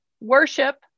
Worship